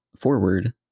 forward